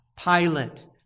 Pilate